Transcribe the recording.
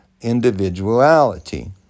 individuality